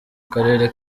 karere